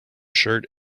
shirt